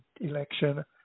election